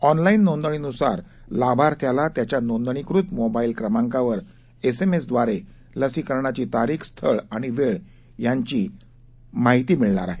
online नोंदणीनुसार लाभार्थ्याला त्याच्या नोंदणीकृत मोबाईल क्रमांकावर ऊमिऊ द्वारे लसीकरणाची तारीख स्थळ आणि वेळ यांची माहिती मिळणार आहे